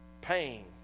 pain